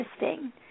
interesting